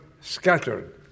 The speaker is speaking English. scattered